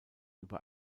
über